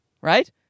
Right